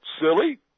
silly